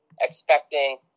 expecting